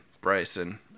Bryson